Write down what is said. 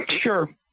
Sure